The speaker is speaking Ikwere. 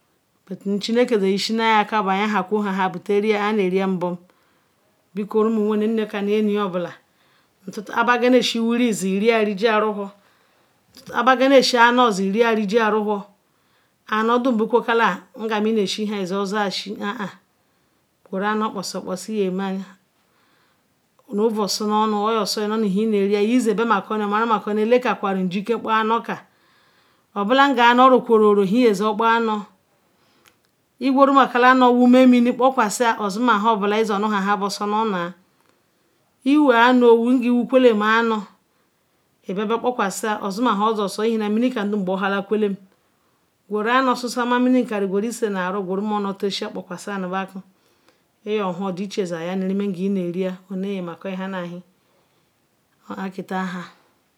ozi aba kwan kwan wiri nde han bo ovoi. Osonunu ngam nde bado iwai bonu kwoba nala nu obo eli boguru men kwatal obola oquesiri osiam ma obochi nazen nu rohan yobo kpahia rumuan makanugbaberal nhan obiensi aker howela ke yobola bia biensi aker bet ayinbola nu won nu aguwiri ozumw yin nu whowere oziyin han bo kia ike nu rio anu yaru avo oma maquater ham dom ma obochinu sonu nu ora catan ham